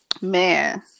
Man